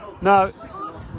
No